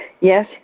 Yes